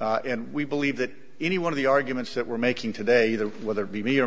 and we believe that any one of the arguments that we're making today that whether it be me or